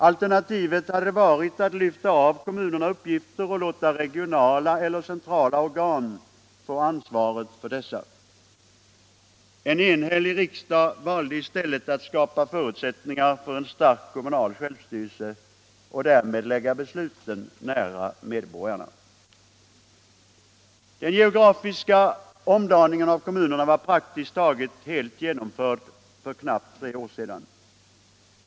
Alternativet hade varit att lyfta av kommunerna uppgifter och låta regionala eller centrala organ få ansvaret för dessa. En enhällig riksdag valde i stället att skapa förutsättningar för en stark kommunal självstyrelse och därmed lägga ut den nära medborgarna. Den geografiska omdaningen av kommunerna var praktiskt taget helt genomförd för knappt tre år sedan.